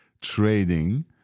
trading